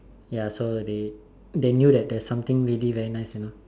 ya so they they knew that there's something really very nice you know